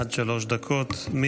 עד שלוש דקות לרשותך,